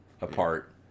apart